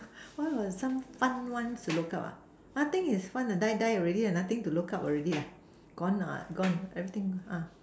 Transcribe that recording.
what are some fun ones to look up ah nothing is fun lah die die already ah nothing to look up already gone what gone everything gone ah